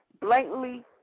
blatantly